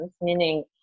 meaning